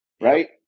right